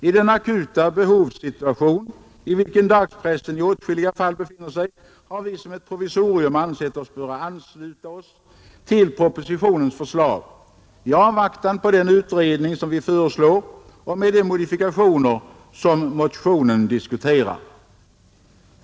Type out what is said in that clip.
I den akuta behovssituation i vilken dagspressen i åtskilliga fall befinner sig har vi som ett provisorium ansett oss böra ansluta oss till propositionens förslag — i avvaktan på den utredning som vi föreslår och med de modifikationer som motionen diskuterar.